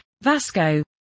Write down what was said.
VASCO